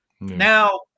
Now